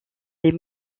les